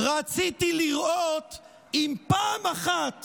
רציתי לראות אם פעם אחת